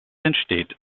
entsteht